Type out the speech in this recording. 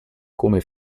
come